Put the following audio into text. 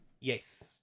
Yes